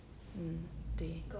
mm 对